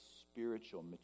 spiritual